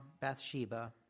Bathsheba